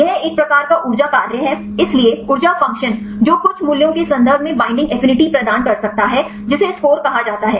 यह एक प्रकार का ऊर्जा कार्य है इसलिए ऊर्जा फ़ंक्शन जो कुछ मूल्यों के संदर्भ में बैईंडिंग एफिनिटी प्रदान कर सकता है जिसे स्कोर कहा जाता है